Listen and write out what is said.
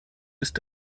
ist